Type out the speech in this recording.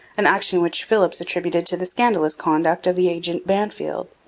an action which philipps attributed to the scandalous conduct of the agent bannfield.